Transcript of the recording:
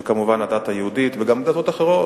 וכמובן הדת היהודית, וגם דתות אחרות.